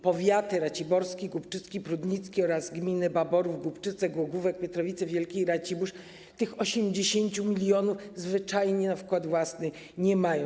Powiaty raciborski, głubczycki, prudnicki oraz gminy Baborów, Głubczyce, Głogówek, Pietrowice Wielkie i Racibórz tych 80 mln zwyczajnie na wkład własny nie mają.